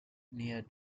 near